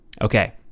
Okay